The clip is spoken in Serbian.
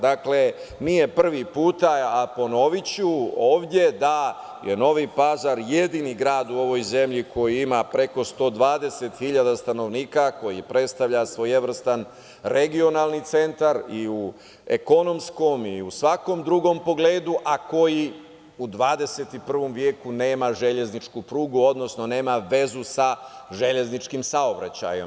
Dakle, nije prvi put, a ponoviću ovde, da je Novi Pazar jedini grad u ovoj zemlji koji ima preko 120 hiljada stanovnika, koji predstavlja svojevrstan regionalni centar i u ekonomskom i u svakom drugom pogledu, a koji u 21. veku nema železničku prugu, odnosno nema vezu sa železničkim saobraćajem.